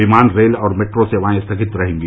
विमान रेल और मेट्रो सेवाएं स्थगित रहेंगी